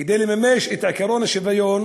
כדי לממש את עקרון השוויון